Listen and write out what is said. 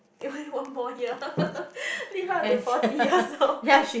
only one more year live up to forty years old